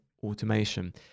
automation